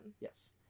Yes